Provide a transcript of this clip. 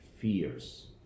Fears